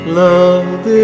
love